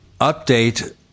update